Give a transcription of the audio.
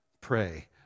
pray